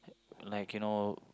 like you know